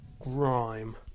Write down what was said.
Grime